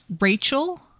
Rachel